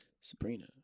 sabrina